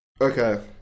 Okay